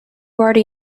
already